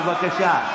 בבקשה.